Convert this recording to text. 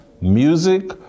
music